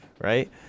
right